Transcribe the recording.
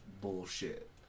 bullshit